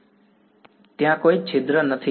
વિદ્યાર્થી ત્યાં કોઈ છિદ્ર નથી